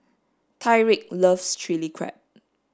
Tyriq loves chili crab